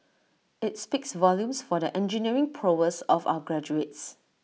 IT speaks volumes for the engineering prowess of our graduates